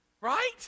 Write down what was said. right